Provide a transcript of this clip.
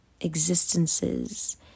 existences